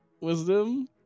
Wisdom